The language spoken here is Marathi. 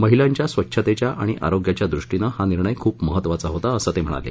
महिलांच्या स्वच्छतेच्या आणि आरोग्याच्यादृष्टीने हा निर्णय खूप महत्वाचा होता असं ते म्हणाले